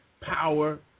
power